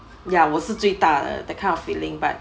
ya 我是最大 that kind of feeling but